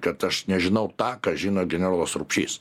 kad aš nežinau tą ką žino generolas rupšys